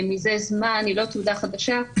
מזה זמן היא לא תעודה חדשה,